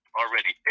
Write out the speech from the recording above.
already